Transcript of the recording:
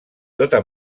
tota